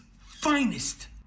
finest